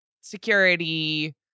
security